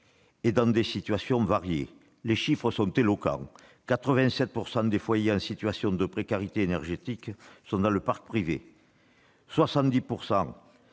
et dans des situations variées. Les chiffres sont éloquents : 87 % des foyers en situation de précarité énergétique sont dans le parc privé ; 70